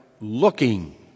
looking